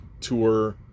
Tour